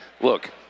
look